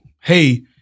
Hey